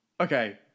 Okay